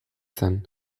zen